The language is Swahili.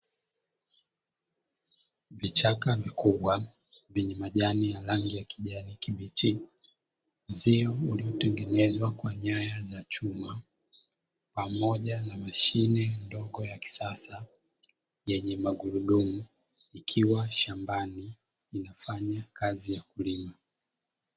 Vichaka vikubwa vyenye majani ya rangi ya kijani kibichi, uzio uliotengenezwa kwa nyaya za chuma pamoja na mashine ndogo ya kisasa yenye magurudumu; ikiwa shambani inafanya kazi ya kulima.